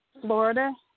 Florida